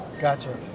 Gotcha